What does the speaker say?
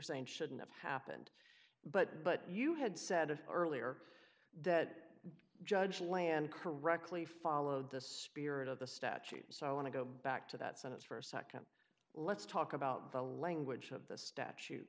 saying shouldn't have happened but but you had said earlier that judge land correctly followed the spirit of the statute so i want to go back to that sentence for a nd let's talk about the language of the statute